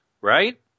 right